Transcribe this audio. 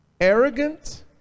Arrogant